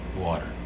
water